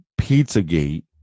Pizzagate